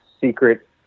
secret